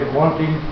wanting